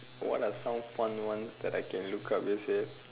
what are some fun ones that I can look up is it